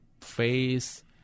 face